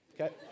Okay